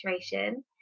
situation